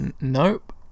Nope